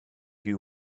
you